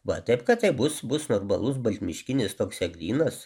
va taip kad tai bus bus normalus baltmiškinis toks eglynas